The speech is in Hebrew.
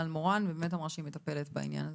והיא אמרה שהיא מטפלת בעניין הזה.